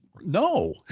no